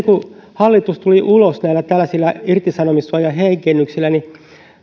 kun hallitus tuli ulos näillä tällaisilla irtisanomissuojan heikennyksillä niin